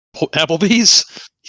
Applebee's